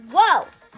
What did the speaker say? Whoa